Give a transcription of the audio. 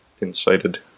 Incited